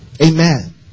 Amen